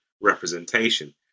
representation